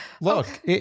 Look